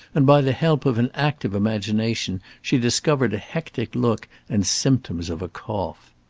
and by the help of an active imagination she discovered a hectic look and symptoms of a cough.